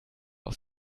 aus